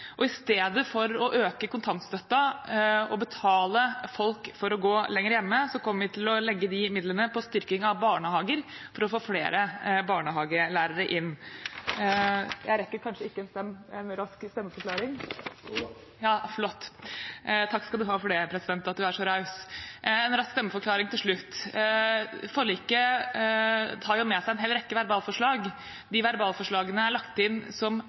og i stedet for å øke kontantstøtten og betale folk for å gå lenger hjemme, kommer vi til å legge de midlene på styrking av barnehager for å få flere barnehagelærere inn. Jeg rekker kanskje ikke en rask stemmeforklaring? Jo da. Flott. Takk, president, for at du er så raus. En rask stemmeforklaring til slutt: Forliket tar jo med seg en hel rekke verbalforslag. De verbalforslagene er lagt inn som